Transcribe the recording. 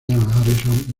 harrison